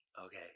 okay